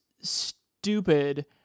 stupid